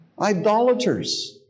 idolaters